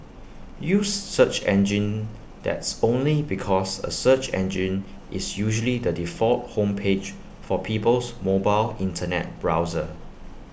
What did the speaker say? use search engines that's only because A search engine is usually the default home page for people's mobile Internet browser